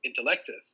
Intellectus